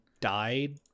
died